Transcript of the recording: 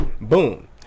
boom